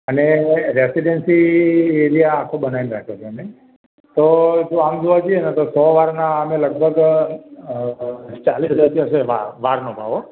અને residency area આખો બનાવીને રાખ્યો છે અમે તો જો આમ જોવા જઈએ ને તો સો વારના અમે લગભગ ચાળીસ હજાર રૂપિયા છે વા વારનો ભાવ હોં